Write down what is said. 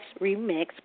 remix